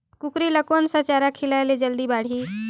कूकरी ल कोन सा चारा खिलाय ल जल्दी बाड़ही?